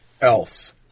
else